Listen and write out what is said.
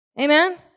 Amen